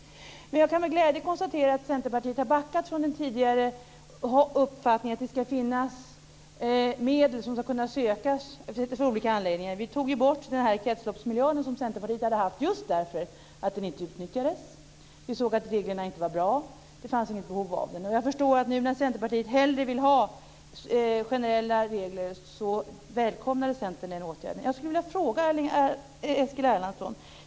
Men jag kan med glädje konstatera att Centerpartiet har backat från den tidigare uppfattningen att det ska finnas medel som ska kunna sökas för olika anledningar. Vi tog ju bort kretsloppsmiljarden, som Centerpartiet hade haft, just därför att den inte utnyttjades. Vi såg att reglerna inte var bra och att det inte fanns något behov av den. Och jag förstår att när Centerpartiet nu hellre vill ha generella regler så välkomnar Centern den åtgärden. Jag skulle vilja ställa en fråga till Eskil Erlandsson.